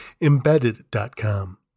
embedded.com